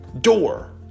door